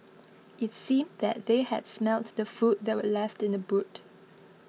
it seemed that they had smelt the food that were left in the boot